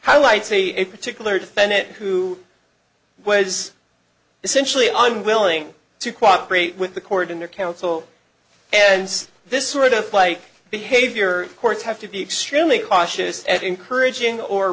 how light see a particular defendant who was essentially i'm willing to cooperate with the court in their counsel and this sort of like behavior courts have to be extremely cautious and encouraging or